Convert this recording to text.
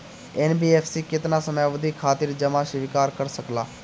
NBFC केतना समयावधि खातिर जमा स्वीकार कर सकला?